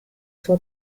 suo